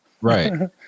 Right